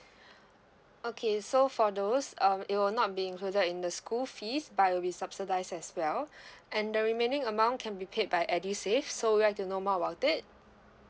okay so for those um it will not be included in the school fees but it will be subsidised as well and the remaining amount can be paid by edusave so would you like to know more about it